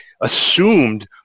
assumed